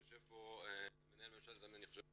ויושב פה מנהל ממשל זמין אני חושב שהוא